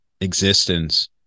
existence